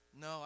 No